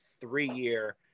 three-year